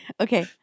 Okay